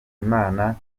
imana